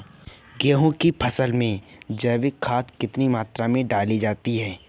गेहूँ की फसल में जैविक खाद कितनी मात्रा में डाली जाती है?